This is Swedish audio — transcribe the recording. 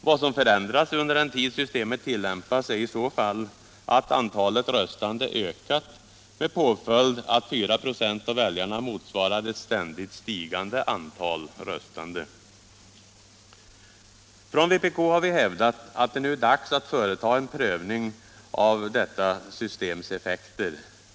Vad som inträffat under den tid systemet tillämpats är att antalet röstande ökat, med påföljd att 4 96 av väljarna motsvarar ett ständigt stigande antal röstande. Från vpk har vi hävdat att det nu är dags att företa en prövning av detta systems effekter.